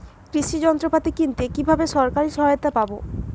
কৃষি যন্ত্রপাতি কিনতে কিভাবে সরকারী সহায়তা পাব?